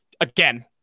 again